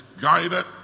guided